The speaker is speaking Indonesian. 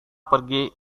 pergi